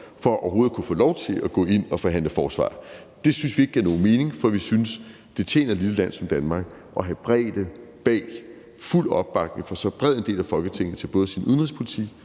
for overhovedet at kunne få lov til at gå ind og forhandle forsvar. Det syntes vi ikke gav nogen mening, for vi synes, det tjener et lille land som Danmark at have bredde bag, fuld opbakning fra så bred en del af Folketinget som muligt til både sin udenrigspolitik,